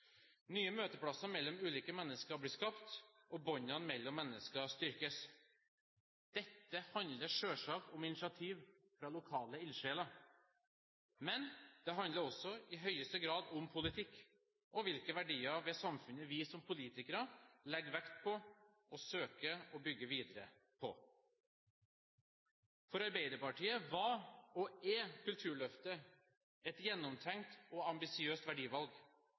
Nye møteplasser mellom ulike mennesker blir skapt, og båndene mellom mennesker styrkes. Dette handler selvsagt om initiativ fra lokale ildsjeler, men det handler også i høyeste grad om politikk og hvilke verdier ved samfunnet vi som politikere legger vekt på å søke å bygge videre på. For Arbeiderpartiet var og er Kulturløftet et gjennomtenkt og ambisiøst verdivalg.